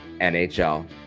NHL